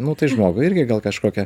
nu tai žmogui irgi gal kažkokia